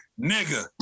Nigga